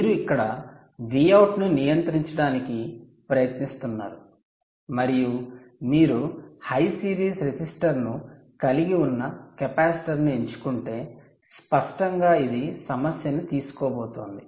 మీరు ఇక్కడ Vout ను నియంత్రించడానికి ప్రయత్నిస్తున్నారు మరియు మీరు హై సిరీస్ రెసిస్టర్ ను కలిగి ఉన్న కెపాసిటర్ను ఎంచుకుంటే స్పష్టంగా ఇది సమస్యను తీసుకోబోతోంది